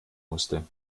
musste